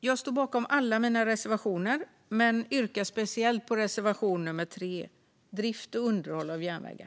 Jag står bakom alla våra reservationer men yrkar bifall endast till reservation 3 om drift och underhåll av järnvägar.